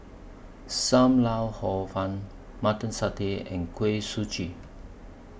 SAM Lau Hor Fun Mutton Satay and Kuih Suji